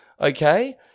okay